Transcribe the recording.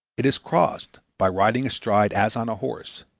it is crossed by riding astride as on a horse.